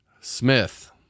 Smith